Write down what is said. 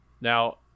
Now